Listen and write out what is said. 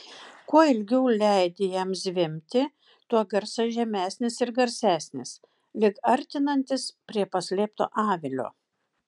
kuo ilgiau leidi jam zvimbti tuo garsas žemesnis ir garsesnis lyg artinantis prie paslėpto avilio